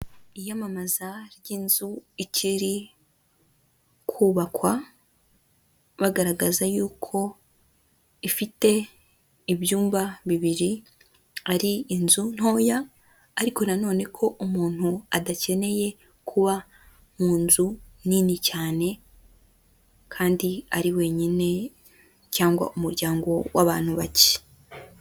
Iyamamaza ry'inzu ikiri kubakwa bagaragaza yuko ifite ibyumba bibiri, ari inzu ntoya ariko na none ko umuntu adakeneye kuba mu nzu nini cyane kandi ari wenyine cyangwa umuryango w'abantu bake.